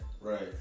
right